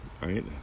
right